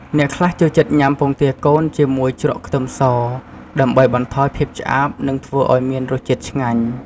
អ្នកខ្លះចូលចិត្តញ៉ាំពងទាកូនជាមួយជ្រក់ខ្ទឹមស ដើម្បីបន្ថយភាពឆ្អាបនិងធ្វើឱ្យមានរសជាតិឆ្ងាញ់។